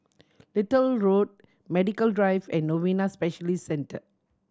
Little Road Medical Drive and Novena Specialist Center